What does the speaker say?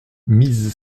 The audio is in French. mise